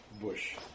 bush